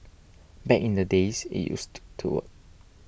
back in the days it used to work